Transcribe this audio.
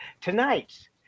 Tonight